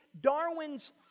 Darwin's